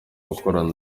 gukorana